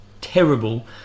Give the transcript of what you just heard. terrible